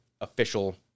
official